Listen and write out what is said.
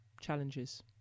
challenges